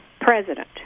president